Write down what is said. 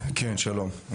שלום.